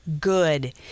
good